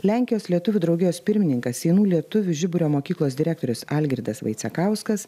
lenkijos lietuvių draugijos pirmininkas seinų lietuvių žiburio mokyklos direktorius algirdas vaicekauskas